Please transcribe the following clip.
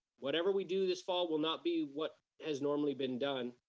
whatever we do this fall will not be what has normally been done,